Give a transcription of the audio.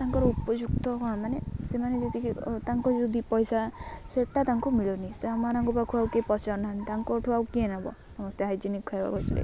ତାଙ୍କର ଉପଯୁକ୍ତ କ'ଣ ମାନେ ସେମାନେ ଯେତିିକି ତାଙ୍କ ଯଦି ପଇସା ସେଟା ତାଙ୍କୁ ମିଳୁନି ସେମାନଙ୍କ ପାଖକୁ ଆଉ କିଏ ପଚାରୁନାହାନ୍ତି ତାଙ୍କ ଠୁ ଆଉ କିଏ ନବ ସମସ୍ତେ ହାଇଜେନିକ୍ ଖାଇବାକୁ ଗଛରେ